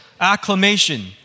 acclamation